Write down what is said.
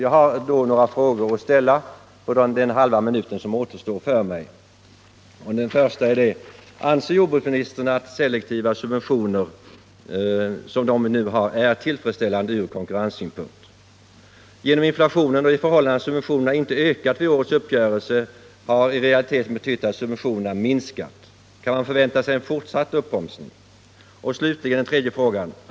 Under den halva minut som återstår av min tid har jag några frågor att ställa: 1. Anser jordbruksministern att selektiva subventioner, som vi nu har, är tillfredsställande från konkurrenssynpunkt? 2. Genom inflationen och det förhållandet att subventionerna inte ökat vid årets uppgörelse har i realiteten subventionerna minskat. Kan man förvänta sig en fortsatt uppbromsning? 3.